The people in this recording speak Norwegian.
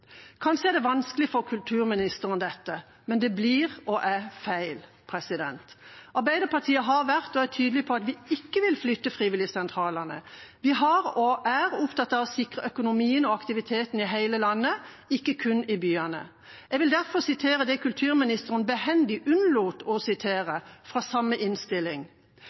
Kanskje er dette vanskelig for kulturministeren, men det blir og er feil. Arbeiderpartiet har vært og er tydelig på at vi ikke vil flytte frivilligsentralene. Vi var og er opptatt av å sikre økonomien og aktiviteten i hele landet, ikke kun i byene. Jeg vil derfor sitere det kulturministeren behendig unnlot å sitere fra samme innstilling: